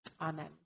Amen